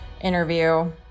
interview